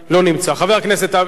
חבר הכנסת, סליחה,